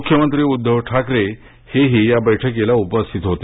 मुख्यमंत्री उद्धव ठाकरे हेही या बैठकीला उपस्थित होते